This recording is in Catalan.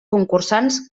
concursants